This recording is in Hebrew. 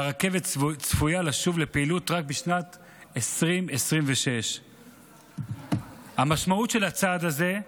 והרכבת צפויה לשוב לפעילות רק בשנת 2026. המשמעות של הצעד הזה,